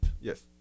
Yes